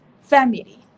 family